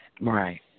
Right